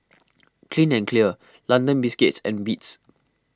Clean and Clear London Biscuits and Beats